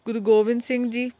ਗੁਰੂ ਗੋਬਿੰਦ ਸਿੰਘ ਜੀ